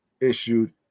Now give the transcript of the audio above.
issued